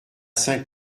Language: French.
saint